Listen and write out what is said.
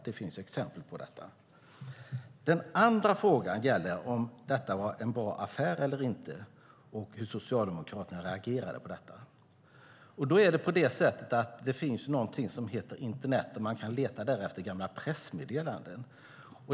Den andra delen handlar om ifall detta var en bra affär eller inte och hur Socialdemokraterna reagerade på detta. Det finns något som heter internet, och där kan man leta efter gamla pressmeddelanden.